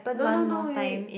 no no no we we